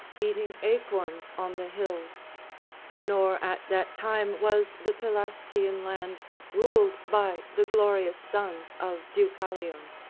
eating acorns on the hills nor at that time was the pelasgian land ruled by the glorious sons of deucalion,